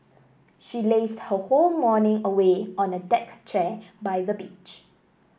she lazed her whole morning away on a deck chair by the beach